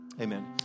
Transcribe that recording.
Amen